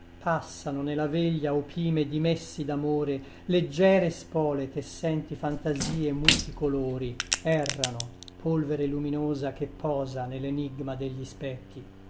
passano nella veglia opime di messi d'amore leggere spole tessenti fantasie multicolori errano polvere luminosa che posa nell'enigma degli specchi